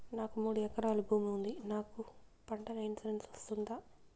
నాకు మూడు ఎకరాలు భూమి ఉంది నాకు పంటల ఇన్సూరెన్సు వస్తుందా?